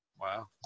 Wow